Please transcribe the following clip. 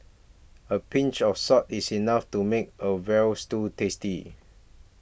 a pinch of salt is enough to make a Veal Stew tasty